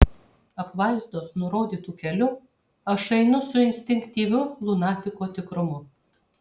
apvaizdos nurodytu keliu aš einu su instinktyviu lunatiko tikrumu